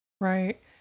right